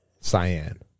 Cyan